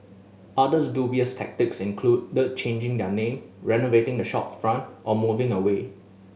others dubious tactics included the changing their name renovating the shopfront or moving away